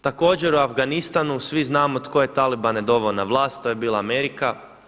Također u Afganistanu, svi znamo tko je Talibane doveo na vlast, to je bila Amerika.